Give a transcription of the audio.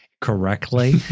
correctly